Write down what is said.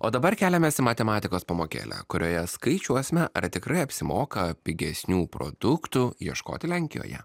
o dabar keliamės į matematikos pamokėlę kurioje skaičiuosime ar tikrai apsimoka pigesnių produktų ieškoti lenkijoje